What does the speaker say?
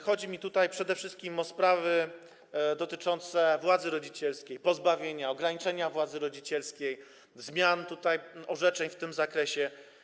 Chodzi mi tutaj przede wszystkim o sprawy dotyczące władzy rodzicielskiej, pozbawienia, ograniczenia władzy rodzicielskiej, zmian orzeczeń w tym zakresie.